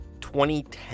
2010